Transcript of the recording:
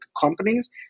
companies